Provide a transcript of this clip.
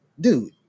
dude